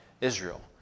Israel